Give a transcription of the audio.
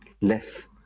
less